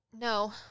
No